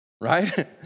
Right